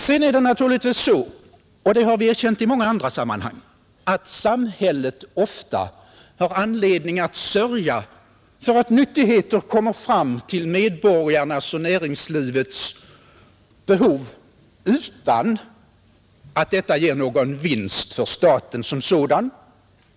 Sedan är det naturligtvis så — och det har vi erkänt i många andra sammanhang — att samhället ofta har anledning att sörja för att nyttigheter kommer fram för medborgarnas och näringslivets behov utan att detta ger någon vinst för staten som sådan.